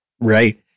Right